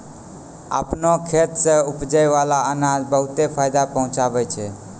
आपनो खेत सें उपजै बाला अनाज बहुते फायदा पहुँचावै छै